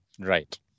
Right